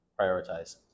prioritize